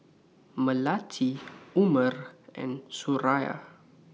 Melati Umar and Suraya